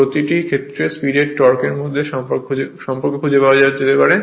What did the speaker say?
প্রতিটি ক্ষেত্রে স্পিড এবং টর্কের মধ্যে সম্পর্ক খুঁজে পাওয়া যেতে পারে